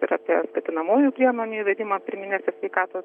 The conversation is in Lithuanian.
ir apie skatinamųjų priemonių įvedimą pirminėse sveikatos